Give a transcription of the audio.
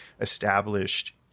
established